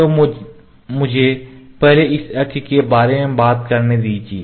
तो मुझे पहले इस अक्ष के बारे में बात करने दीजिए